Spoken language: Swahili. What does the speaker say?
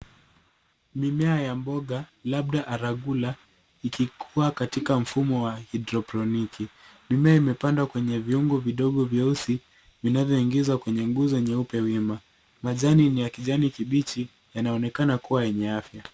Mimea ya mboga labda arugula ikikua katika mfumo wa haidroponiki. Mimea imepandwa kwenye vyungu vidogo vyeusi vinavyoingizwa kwenye nguzo nyeupe wima. Majani ni ya kijani kibichi yanaonekana kuwa yenye afya.